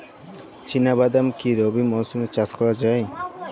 চিনা বাদাম কি রবি মরশুমে চাষ করা যায়?